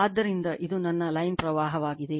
ಆದ್ದರಿಂದ ಇದು ನನ್ನ ಲೈನ್ ಪ್ರವಾಹವಾಗಿದೆ